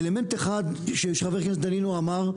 אלמנט אחד שחבר הכנסת דנינו דיבר עליו,